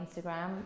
Instagram